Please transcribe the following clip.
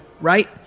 right